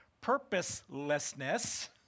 purposelessness